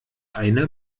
eine